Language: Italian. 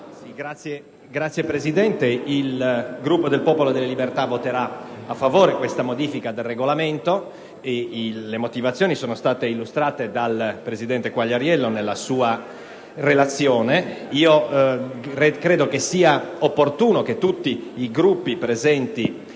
Signor Presidente, il Gruppo del Popolo della Libertà voterà a favore di questa modifica del Regolamento per le motivazioni che sono state illustrate dal senatore Quagliariello nella sua relazione. Personalmente, credo sia opportuno che tutti i Gruppi presenti